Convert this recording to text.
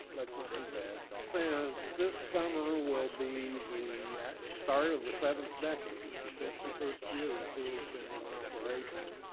that's not too bad. since this summer will be the start of the seventh decade, the sixty first year the pool's been in operation,